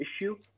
issue